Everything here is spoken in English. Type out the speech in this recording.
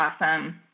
awesome